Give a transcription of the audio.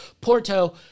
porto